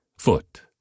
Foot